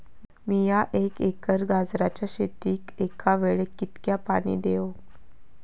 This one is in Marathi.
मीया एक एकर गाजराच्या शेतीक एका वेळेक कितक्या पाणी देव?